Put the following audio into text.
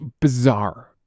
bizarre